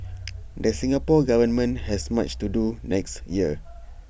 the Singapore Government has much to do next year